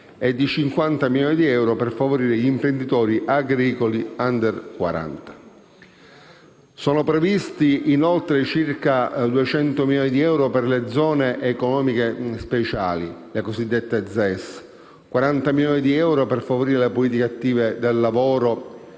e di 50 milioni di euro per favorire gli imprenditori agricoli *under* 40. Sono inoltre previsti circa 200 milioni di euro per le Zone economiche speciali (ZES), 40 milioni di euro per favorire le politiche attive del lavoro